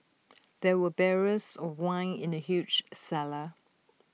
there were barrels of wine in the huge cellar